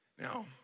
Now